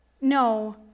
No